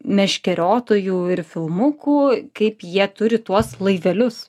meškeriotojų ir filmukų kaip jie turi tuos laivelius